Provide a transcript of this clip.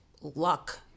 Luck